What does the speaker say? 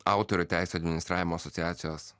autorių teisių administravimo asociacijos